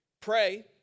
pray